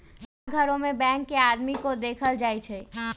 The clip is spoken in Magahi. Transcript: डाकघरो में बैंक के आदमी के देखल जाई छई